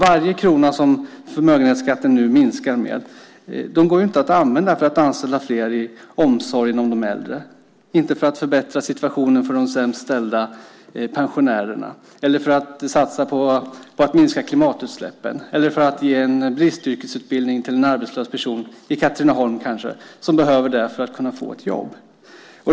Varje krona som förmögenhetsskatten nu minskar med går ju inte att använda för att anställa fler i omsorgen om de äldre, inte för att förbättra situationen för de sämst ställda pensionärerna, för att satsa på att minska klimatutsläppen eller för att ge en bristyrkesutbildning till en arbetslös person, i Katrineholm kanske, som behöver det för att kunna få ett jobb.